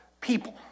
people